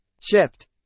chipped